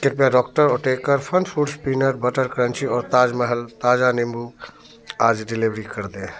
कृपया doctor Oetker FunFoods peanut butter crunchy और ताज महल ताज़ा नींबू टी आज डिलीवर कर दें